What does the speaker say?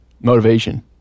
Motivation